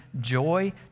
joy